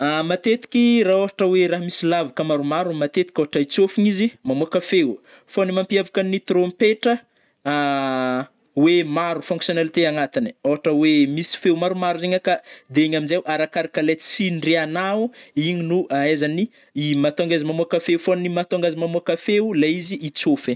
Matetiky rah ôhatra oe rah misy lavaka maromaro matetiky ôhatra I tsôfognizy, mamoaka feo, fô ny mampiavaka ny trompetra a oe maro fonctionnalités agnatigny ai, ôhatra oe misy feo maromaro zegny akà de igny amnjai o arakaraka le tsindriagnao igny no ahaizagny i mahatônga izy mamoaka feo fô ny mahatônga azy mamoaka feo lay izy i tsôfigny.